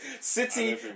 City